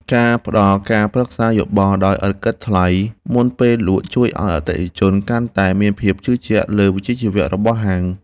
ការផ្តល់ការប្រឹក្សាយោបល់ដោយឥតគិតថ្លៃមុនពេលលក់ជួយឱ្យអតិថិជនកាន់តែមានភាពជឿជាក់លើវិជ្ជាជីវៈរបស់ហាង។